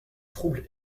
trouble